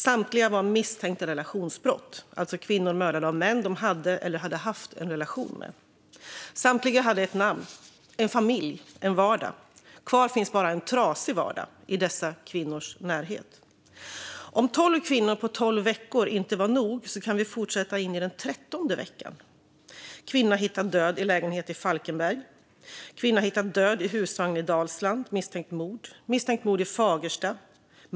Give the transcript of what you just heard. Samtliga var misstänkta relationsbrott, alltså kvinnor mördade av män de hade eller hade haft en relation med. Samtliga hade ett namn, en familj och en vardag. Kvar finns bara en trasig vardag i dessa kvinnors närhet. Om tolv kvinnor på tolv veckor inte var nog kan vi fortsätta in i den 13:e veckan: Kvinna hittad död i lägenhet i Falkenberg. Kvinna hittad död i husvagn i Dalsland, misstänkt mord. Misstänkt mord i Fagersta.